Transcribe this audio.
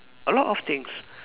a lot of things